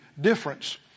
difference